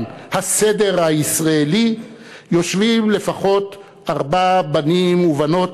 הסדר הישראלי יושבים לפחות ארבעה בנים ובנות,